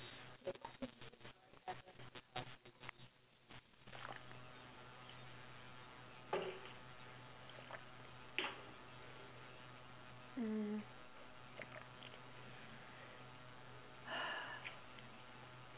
mm